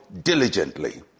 diligently